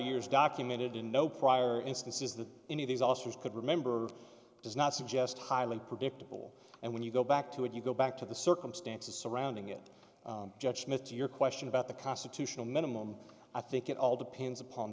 years documented in no prior instances that any of these officers could remember does not suggest highly predictable and when you go back to it you go back to the circumstances surrounding it judge smith to your question about the constitutional minimum i think it all depends upon